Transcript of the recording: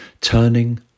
turning